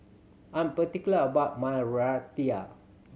I'm particular about my Raita